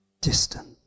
distant